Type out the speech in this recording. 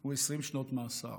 הוא 20 שנות מאסר,